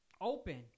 open